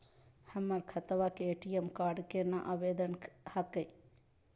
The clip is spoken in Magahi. हमर खतवा के ए.टी.एम कार्ड केना आवेदन हखिन?